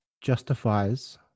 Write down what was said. justifies